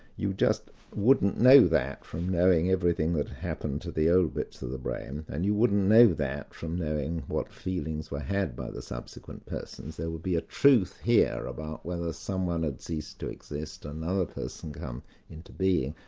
you just wouldn't know that from knowing everything that happened to the old bits of the brain, and you wouldn't know that from knowing what feelings were had by the subsequent persons. there would be a truth here about whether someone had ceased to exist, and another person come into being,